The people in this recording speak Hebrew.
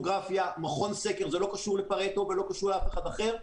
מכון סקר לא קשור לפרטו ולא לאף אחד אחר.